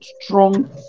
strong